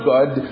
God